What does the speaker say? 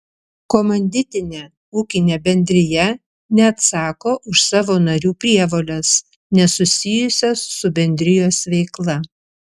komanditinė ūkinė bendrija neatsako už savo narių prievoles nesusijusias su bendrijos veikla